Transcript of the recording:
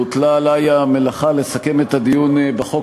הוטלה עלי המלאכה לסכם את הדיון בחוק